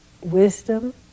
wisdom